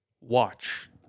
watch